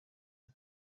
the